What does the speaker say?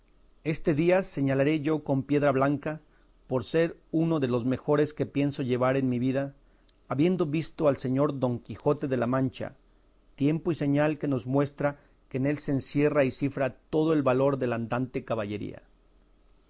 este día señalaré yo con piedra blanca por ser uno de los mejores que pienso llevar en mi vida habiendo visto al señor don quijote de la mancha tiempo y señal que nos muestra que en él se encierra y cifra todo el valor del andante caballería